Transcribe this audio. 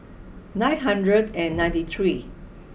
nine hundred and ninety three